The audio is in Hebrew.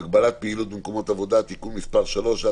(הגבלת פעילות במקומות עבודה) (תיקון מס' 3),